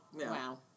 Wow